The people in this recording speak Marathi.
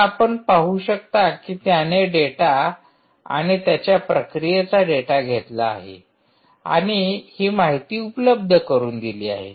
तर आपण पाहू शकता की त्याने डेटा आणि त्याच्या प्रक्रियेचा डेटा घेतला आहे आणि ही माहिती उपलब्ध करुन दिली आहे